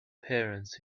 parents